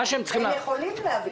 הם יכולים להביא,